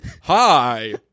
Hi